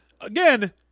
again